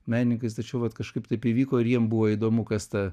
menininkais tačiau vat kažkaip taip įvyko ir jiem buvo įdomu kas ta